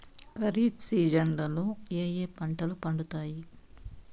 ఖరీఫ్ సీజన్లలో ఏ ఏ పంటలు పండుతాయి